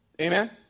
Amen